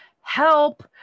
Help